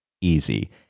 easy